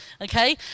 okay